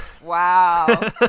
Wow